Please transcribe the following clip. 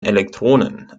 elektronen